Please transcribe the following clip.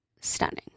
stunning